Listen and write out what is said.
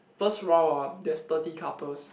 first round ah there's thirty couples